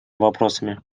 вопросами